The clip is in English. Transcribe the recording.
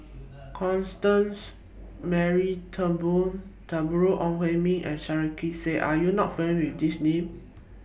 Constance Mary Turnbull Deborah Ong Hui Min and Sarkasi Said Are YOU not familiar with These Names